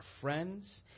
friends